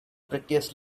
prettiest